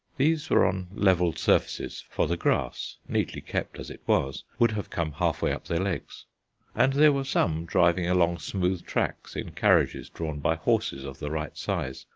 these were on levelled spaces, for the grass, neatly kept as it was, would have come half-way up their legs and there were some driving along smooth tracks in carriages drawn by horses of the right size,